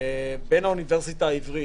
בין האוניברסיטה העברית,